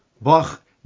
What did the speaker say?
bach